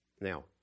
Now